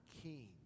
king